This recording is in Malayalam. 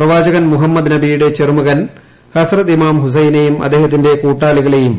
പ്രവാചകൻ മുഹമ്മദ് നബിയുടെ ചെറുമകൻ ഹസ്റത് ഇമാം ഹുസൈനേയും അദ്ദേഹത്തിന്റെ കൂട്ടാളികളെയും